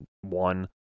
one